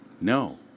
no